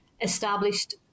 established